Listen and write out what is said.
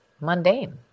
mundane